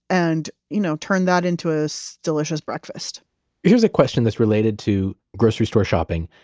and you know turn that into a so delicious breakfast here's a question that's related to grocery store shopping,